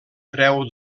creu